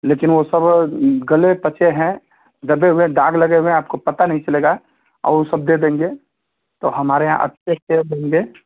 लेकिन वो सब गले पचे हैं दबे हुए दाग लगे हुए हैं आपको पता नहीं चलेगा और वो सब दे देंगे तो हमारे यहाँ अच्छे सेब होंगे